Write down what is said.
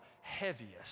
heaviest